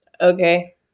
Okay